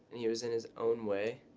and he was in his own way,